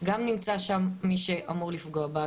גם נמצא שם מי שאמור לפגוע בה,